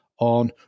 on